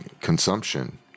consumption